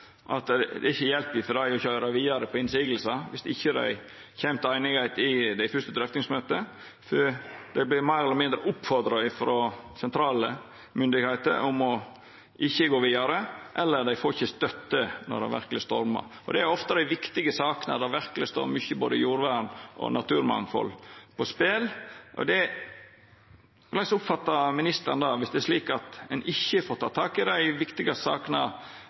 at det er inga hjelp for dei i å køyra vidare på motsegner viss dei ikkje kjem til einigheit i det første drøftingsmøtet. For dei vert meir eller mindre oppmoda frå sentrale myndigheiter om ikkje å gå vidare, eller dei får ikkje støtte når det verkeleg stormar. Og det er ofte dei viktige sakene, der det verkelig står mykje – både jordvern og naturmangfald – på spel. Korleis oppfattar ministeren det, viss det er slik at ein ikkje får teke tak i dei viktigaste sakene